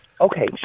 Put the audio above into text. Okay